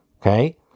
Okay